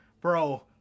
bro